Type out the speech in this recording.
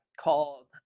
called